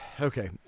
Okay